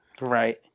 right